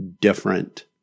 different